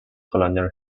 colonial